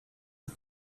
een